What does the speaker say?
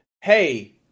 hey